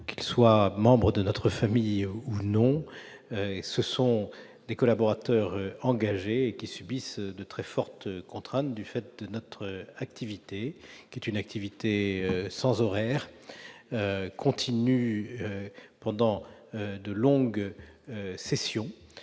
Qu'ils soient membres de notre famille ou non, ce sont des collaborateurs engagés qui subissent de très fortes contraintes du fait de notre activité sans horaire et continue durant de longues sessions.